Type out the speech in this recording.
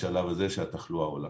בשלב הזה שהתחלואה עולה.